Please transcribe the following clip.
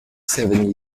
seven